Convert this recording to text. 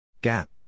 Gap